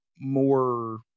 more